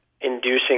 inducing